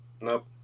nope